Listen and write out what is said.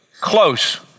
close